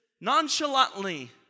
nonchalantly